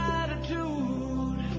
attitude